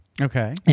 Okay